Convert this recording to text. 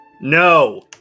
No